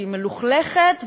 שהיא מלוכלכת,